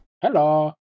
Hello